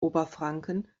oberfranken